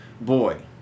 boy